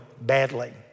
badly